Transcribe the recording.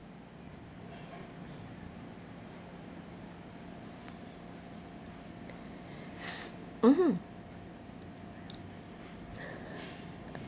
mmhmm